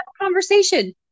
conversation